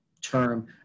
term